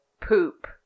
poop